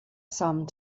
some